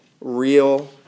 real